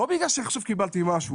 לא בגלל שקיבלתי משהו.